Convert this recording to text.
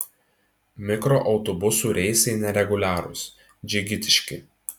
mikroautobusų reisai nereguliarūs džigitiški